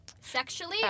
Sexually